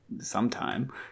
sometime